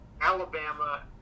Alabama